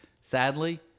sadly